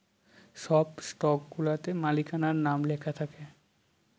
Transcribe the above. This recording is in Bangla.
সব স্টকগুলাতে মালিকানার নাম লেখা থাকে